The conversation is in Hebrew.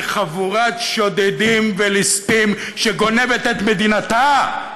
כחבורת שודדים וליסטים שגונבת את מדינתה.